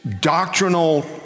doctrinal